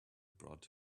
brought